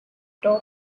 top